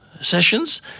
sessions